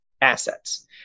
assets